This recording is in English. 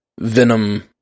Venom